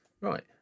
right